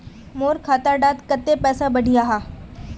मोर खाता डात कत्ते पैसा बढ़ियाहा?